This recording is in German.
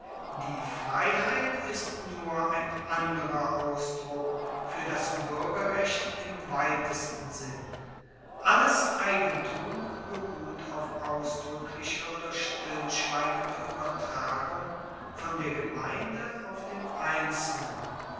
die freiheit ist nur ein anderer ausdruck fuer das buergerrecht im weitesten sinn alles eigentum beruht auf ausdruecklicher oder stillschweigender uebertragung von der gemeinde auf den einzelnen